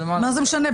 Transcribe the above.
מה זה משנה?